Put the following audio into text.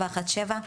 717,